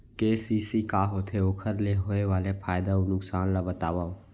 KCC का होथे, ओखर ले होय वाले फायदा अऊ नुकसान ला बतावव?